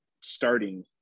starting